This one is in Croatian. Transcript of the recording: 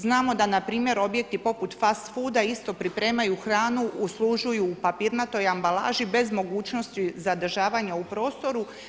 Znamo da npr. objekti poput fast fooda isto pripremaju hranu, uslužuju u papirnatoj ambalaži bez mogućnosti zadržavanja u prostoru.